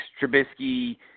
Trubisky